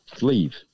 Leave